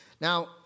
Now